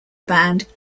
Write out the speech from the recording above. band